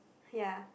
ya